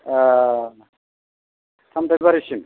सामथायबारिसिम